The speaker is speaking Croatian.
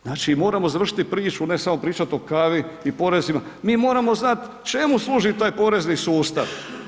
Znači moramo završiti priču, ne samo pričati o kavi i porezima, mi moramo znati čemu služi taj porezni sustav.